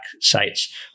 sites